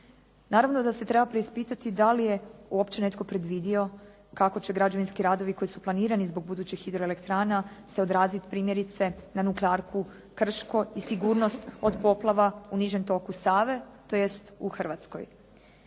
Naravno da se treba preispitati da li je uopće netko predvidio kako će građevinski radovi koji su planirani zbog budućih hidroelektrana se odraziti primjerice na nuklearku Krško i sigurnost od poplava u nižem toku Save tj. u Hrvatskoj.